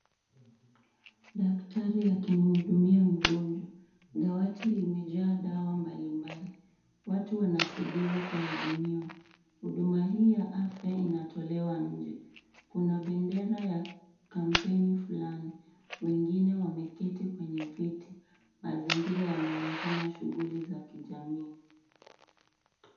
Daktari akimhudumia mgonjwa, Dawati limejaa dawa mbalimbali. Watu wanasubiri kuhudumiwa. Huduma hii ya afya inatolewa nje. Kuna bendera ya kampeni fulani. Wengine wameketi kwenye viti. Mazingira yanaonekana shughuli za kijamii.